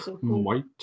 White